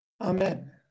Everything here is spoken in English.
Amen